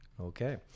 Okay